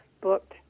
booked